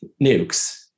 nukes